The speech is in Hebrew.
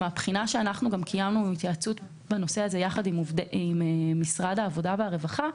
קיימנו התייעצות בנושא הזה עם משרד העבודה והרווחה,